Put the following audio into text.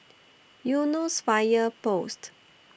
Eunos Fire Post